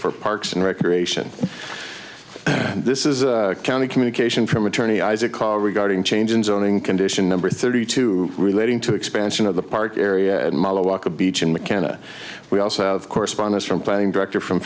for parks and recreation and this is a county communication from attorney isaac regarding change in zoning condition number thirty two relating to expansion of the park area and milo aka beach in mckenna we also have correspondence from playing director from